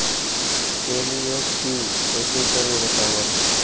NEFT कैसे करबो बताव?